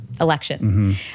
election